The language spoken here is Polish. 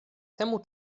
temu